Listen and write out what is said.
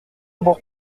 bourre